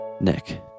Nick